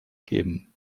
geben